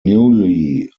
newly